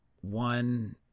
One